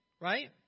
right